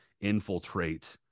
infiltrate